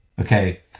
okay